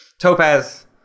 topaz